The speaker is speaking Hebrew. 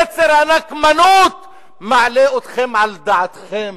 יצר הנקמנות, מעביר אתכם על דעתכם,